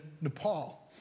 Nepal